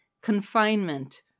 confinement